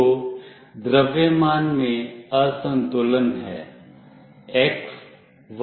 तो द्रव्यमान में असंतुलन है